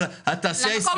אבל --- למקום הנכון.